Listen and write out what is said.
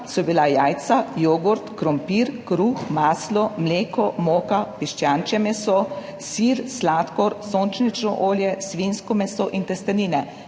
jabolka, jajca, jogurt, krompir, kruh, maslo, mleko, moko, piščančje meso, sir, sladkor, sončnično olje, svinjsko meso in pa testenine.